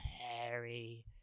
Harry